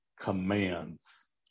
commands